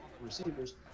receivers